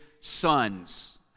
sons